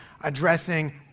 addressing